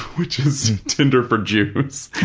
which is tinder for jews.